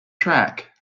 track